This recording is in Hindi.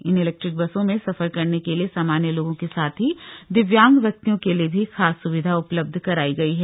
इन इलेक्ट्रिक बसों में सफर करने के लिए सामान्य लोगों के साथ ही दिव्यांग व्यक्तियों के लिए भी खास सुविधा उपलब्ध करायी गयी है